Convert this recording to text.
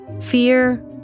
Fear